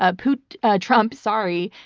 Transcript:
ah putin trump! sorry,